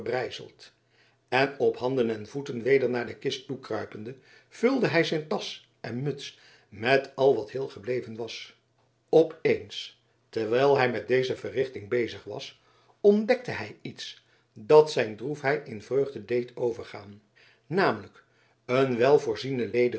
en op handen en voeten weder naar de kist toekruipende vulde hij zijn tasch en muts met al wat heel gebleven was op eens terwijl hij met deze verrichting bezig was ontdekte hij iets dat zijn droefheid in vreugde deed overgaan namelijk een wel voorziene lederen